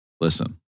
Listen